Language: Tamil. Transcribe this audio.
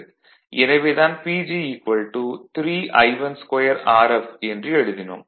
எனவே தான் PG 32 rf என்று எழுதினோம்